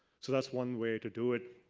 so that's one way to do it.